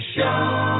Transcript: Show